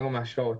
עבודה.